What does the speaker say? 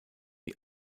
the